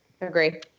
agree